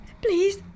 Please